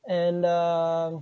and uh